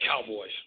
Cowboys